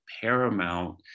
paramount